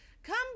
come